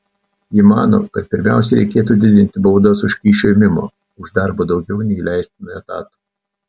ji mano kad pirmiausia reikėtų didinti baudas už kyšių ėmimą už darbą daugiau nei leistina etatų